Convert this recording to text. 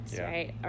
right